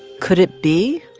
could it be,